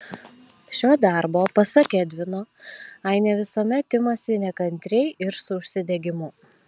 šio darbo pasak edvino ainė visuomet imasi nekantriai ir su užsidegimu